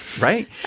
Right